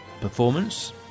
Performance